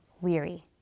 weary